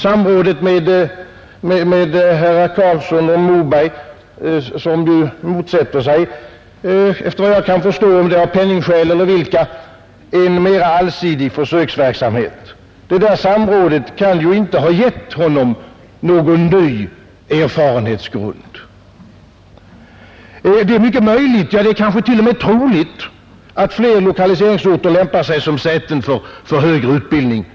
Samrådet med herrar Carlsson och Moberg, som ju, efter vad jag kan förstå, motsätter sig — av penningskäl eller andra skäl — en mer allsidig försöksverksamhet, bör ju inte ha gett herr Sträng någon ny erfarenhetsgrund. Det är mycket möjligt — ja, det är till och med troligt — att fler lokaliseringsorter lämpar sig som säten för högre utbildning.